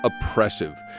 oppressive